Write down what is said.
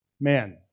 man